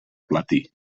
platí